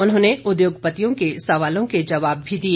उन्होंने उद्योगपतियों के सवालों के जवाब भी दिए